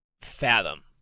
fathom